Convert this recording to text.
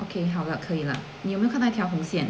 okay 好了可以了你有没有看到一条红线